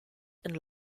and